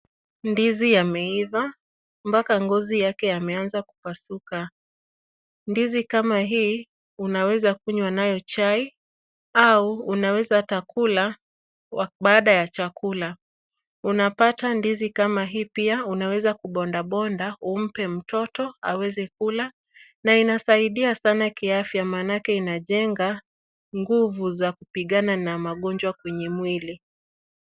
Ndizi yameiva mpaka ngozi yake yameanza kupasuka. Ndizi kama hii unaweza kunywa nayo chai au unaweza hata kula baada ya chakula. Unapata ndizi kama hii pia unaweza kubondabonda umpe mtoto aweze kula na inasaidia sana kiafya maana inajenga nguvu za kupigana na magonjwa mwilini.